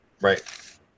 Right